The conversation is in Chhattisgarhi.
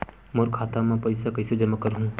मोर खाता म पईसा कइसे जमा करहु?